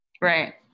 Right